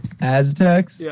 Aztecs